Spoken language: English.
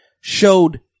showed